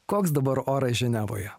koks dabar oras ženevoje